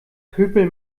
pöbel